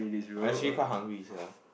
actually quite hungry sia